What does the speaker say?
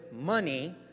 money